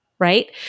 Right